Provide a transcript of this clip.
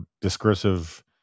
discursive